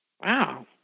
Wow